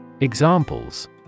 Examples